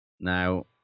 Now